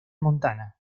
montana